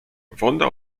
woda